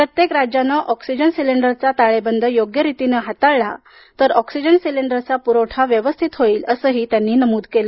प्रत्येक राज्याने ऑक्सिजन सिलेंडरचा ताळेबंद योग्य रीतीने हाताळला तर ऑक्सिजन सिलेंडर्सचा पुरवठा व्यवस्थित होईल असंही त्यांनी नमूद केलं